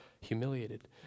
Humiliated